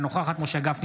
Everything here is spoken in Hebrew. אינה נוכחת משה גפני,